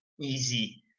easy